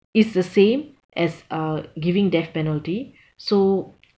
it's the same as uh giving death penalty so